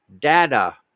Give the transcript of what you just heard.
data